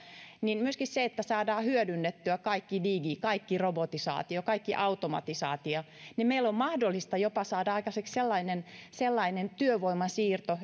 on myöskin niin että jos saadaan hyödynnettyä kaikki digi kaikki robotisaatio kaikki automatisaatio niin meidän on mahdollista jopa saada aikaiseksi sellainen sellainen työvoiman siirto